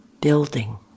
building